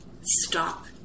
stop